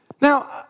now